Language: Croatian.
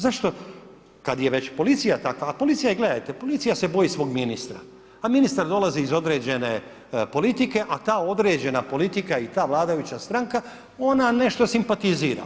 Zašto, kada je već policija takva, a policija je gledajte, policija se boji svog ministra, a ministar dolazi iz određene politike a ta određena politika i ta vladajuća stranka ona nešto simpatizira.